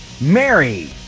Mary